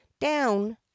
down